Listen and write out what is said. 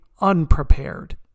unprepared